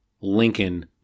Lincoln